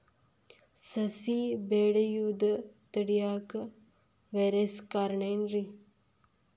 ಸಸಿ ಬೆಳೆಯುದ ತಡಿಯಾಕ ವೈರಸ್ ಕಾರಣ ಏನ್ರಿ?